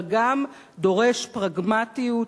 אבל גם דורש פרגמטיות,